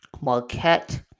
Marquette